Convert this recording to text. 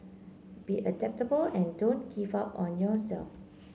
be adaptable and don't give up on yourself